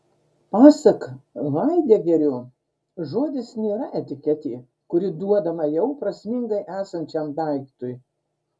pasak haidegerio žodis nėra etiketė kuri duodama jau prasmingai esančiam daiktui